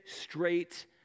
straight